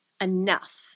enough